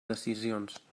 decisions